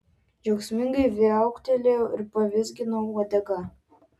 džiaugsmingai viauktelėjau ir pavizginau uodegą